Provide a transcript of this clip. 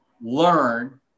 learn